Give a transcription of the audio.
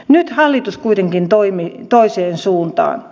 nyt hallitus kuitenkin toimii toiseen suuntaan